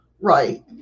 Right